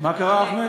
מה קרה, אחמד?